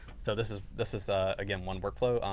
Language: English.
so, this is this is ah again one workflow.